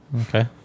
Okay